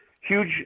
huge